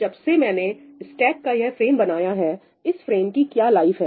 तो जब से मैंने स्टेक का यह फ्रेम बनाया है इस फ्रेम की क्या लाइफ है